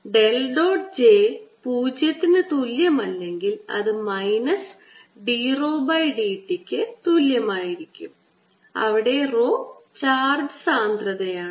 അതിനാൽ del dot j 0 ന് തുല്യമല്ലെങ്കിൽ അത് minus d rho by d t ക്ക് തുല്യമായിരിക്കും അവിടെ rho ചാർജ് സാന്ദ്രതയാണ്